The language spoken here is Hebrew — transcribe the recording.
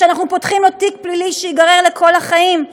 שאנחנו פותחים לו תיק פלילי שייגרר לכל החיים,